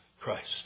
Christ